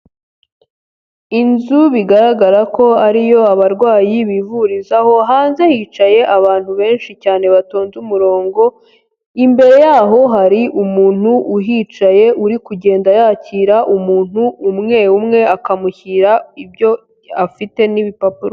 Inzu bigaragara ko ariyo abarwayi bivurizaho, hanze hicaye abantu benshi cyane batonze umurongo, imbere yaho hari umuntu uhicaye uri kugenda yakira umuntu umwe umwe akamushyira ibyo afite n'ibipapuro.